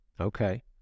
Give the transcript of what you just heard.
Okay